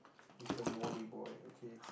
he's the moley boy okay